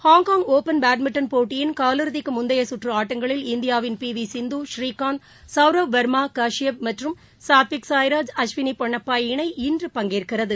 Hong Kong open badminton போட்டியின் காலிறதிக்குமுந்தையகற்றுஆட்டங்களில் இந்தியாவின் பிவிசிந்து ஸ்ரீகாந்த் சவுரப் வர்மாகாஷியப் மற்றும் சாத்விக் சாய்ராஜ் அஸ்விளிபொன்னப்பா இனை இன்று பங்கேற்கிறது